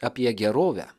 apie gerovę